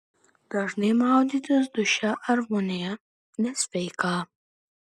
dažnai maudytis duše ar vonioje nesveika